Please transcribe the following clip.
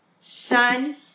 Son